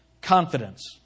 Confidence